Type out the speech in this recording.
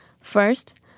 First